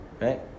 right